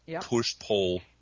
push-pull